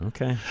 Okay